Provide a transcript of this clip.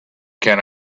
can